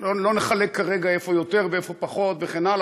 לא נחלק כרגע איפה יותר ואיפה פחות וכן הלאה.